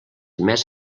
més